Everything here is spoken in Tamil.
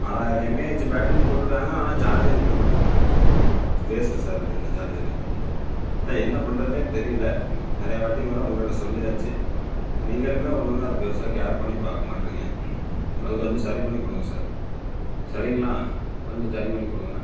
ஆறாயிரம் எம் ஏ ஹெச்சி பேட்ரின்னு போட்டுருக்காங்க ஆனால் சார்ஜே நிற்க மாட்டேங்குது வேஸ்ட்டு சார் அது இந்த சார்ஜரு இல்லை என்ன பண்ணுறதுனே தெரியல நிறையா வாட்டிக்கு மேலே உங்கள்கிட்ட சொல்லியாச்சு நீங்களும் ஒன்றுமே அதை பெருசாக கேர் பண்ணி பார்க்க மாட்றீங்க அதுக்கு வந்து சரி பண்ணிக் கொடுங்க சார் சரிங்களா கொஞ்சம் சரி பண்ணிக் கொடுங்க